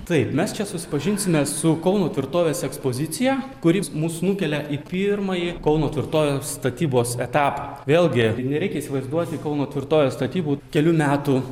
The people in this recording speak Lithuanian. taip mes čia susipažinsime su kauno tvirtovės ekspozicija kuri mus nukelia į pirmąjį kauno tvirtovės statybos etapą vėlgi nereikia įsivaizduoti kauno tvirtovės statybų kelių metų